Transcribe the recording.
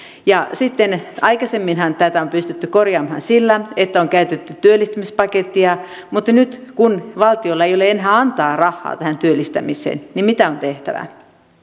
pystyisi korjaamaan aikaisemminhan tätä on pystytty korjaamaan sillä että on käytetty työllistämispakettia mutta nyt kun valtiolla ei ole enää antaa rahaa tähän työllistämiseen niin mitä on tehtävä